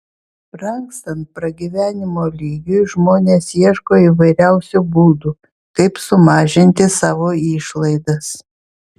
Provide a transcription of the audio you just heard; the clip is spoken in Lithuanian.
brangstant pragyvenimo lygiui žmonės ieško įvairiausių būdų kaip sumažinti savo išlaidas